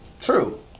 True